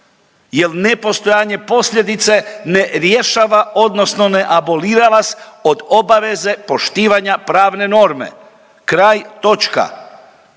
jel ne postojanje posljedice ne rješava odnosno ne abolira vas od obaveze poštivanja pravne norme, kraj, točka.